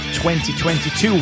2022